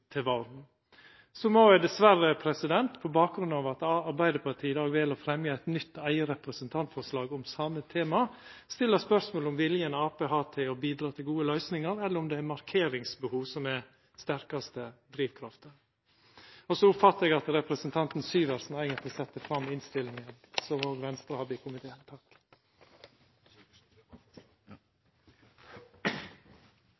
til våren. Så må eg dessverre, på bakgrunn av at Arbeidarpartiet i dag vel å fremja eit nytt, eige representantforslag om same tema, stilla spørsmål om viljen Arbeidarpartiet har til å bidra til gode løysingar – eller om det er markeringsbehov som er sterkaste drivkrafta. Så oppfatta eg at representanten Syversen eigentleg sette fram forslaget som Venstre er med på i